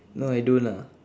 no I don't lah